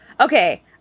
okay